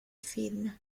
film